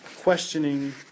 questioning